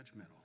judgmental